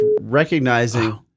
recognizing